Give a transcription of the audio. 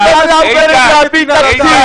תעבירו תקציב.